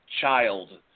child